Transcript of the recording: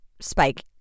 Spike